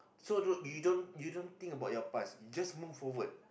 so don't you don't think about your past you just move forward